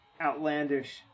outlandish